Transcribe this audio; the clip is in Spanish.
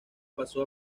pasó